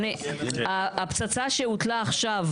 הפצצה שהוטלה עכשיו,